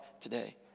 today